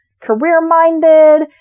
career-minded